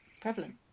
prevalent